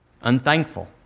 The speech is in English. unthankful